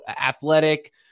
athletic